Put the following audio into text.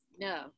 No